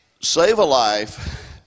Save-A-Life